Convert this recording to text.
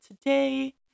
today